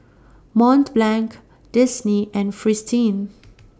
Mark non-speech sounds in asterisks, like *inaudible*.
Mont Blanc Disney and Fristine *noise*